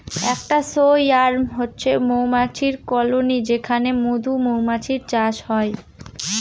একটা সোয়ার্ম হচ্ছে মৌমাছির কলোনি যেখানে মধুমাছির চাষ হয়